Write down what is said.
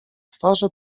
twarze